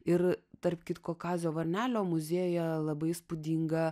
ir tarp kitko kazio varnelio muziejuje labai įspūdinga